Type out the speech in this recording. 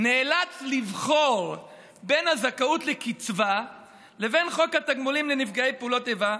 נאלץ לבחור בין הזכאות לקצבה לפי חוק התגמולים לנפגעי פעולות איבה